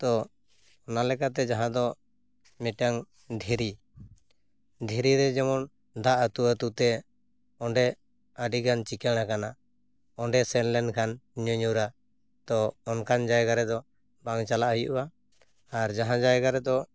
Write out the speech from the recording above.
ᱛᱚ ᱚᱱᱟᱞᱮᱠᱟᱛᱮ ᱡᱟᱦᱟᱸ ᱫᱚ ᱢᱤᱫᱴᱟᱝ ᱫᱷᱤᱨᱤ ᱫᱷᱤᱨᱤ ᱨᱮ ᱡᱮᱢᱚᱱ ᱫᱟᱜ ᱟᱹᱛᱩ ᱟᱹᱛᱩ ᱛᱮ ᱚᱸᱰᱮ ᱟᱹᱰᱤ ᱜᱟᱱ ᱪᱤᱠᱟᱹᱲ ᱟᱠᱟᱱᱟ ᱚᱸᱰᱮ ᱥᱮᱱ ᱞᱮᱱᱠᱷᱟᱱ ᱧᱩᱧᱩᱨᱟ ᱛᱚ ᱚᱱᱠᱟᱱ ᱡᱟᱭᱜᱟ ᱨᱮᱫᱚ ᱵᱟᱝ ᱪᱟᱞᱟᱜ ᱦᱩᱭᱩᱜᱼᱟ ᱟᱨ ᱡᱟᱦᱟᱸ ᱡᱟᱭᱜᱟ ᱨᱮᱫᱚ